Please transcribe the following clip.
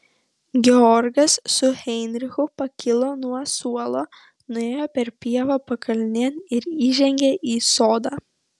georgas su heinrichu pakilo nuo suolo nuėjo per pievą pakalnėn ir įžengė į sodą